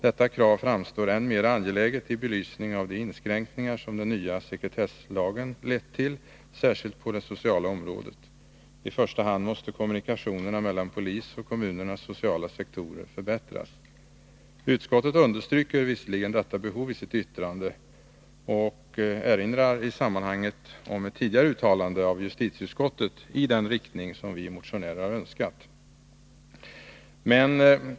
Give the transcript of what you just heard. Detta krav framstår än mera angeläget i belysning av de inskränkningar som den nya sekretesslagen lett till, särskilt på det sociala området. I första hand måste kommunikationerna mellan polis och kommunernas sociala sektorer förbättras. Utskottet understryker visserligen detta behovi sitt yttrande och erinrar i sammanhanget om ett tidigare uttalande av justitieutskottet i den riktning som vi motionärer har önskat.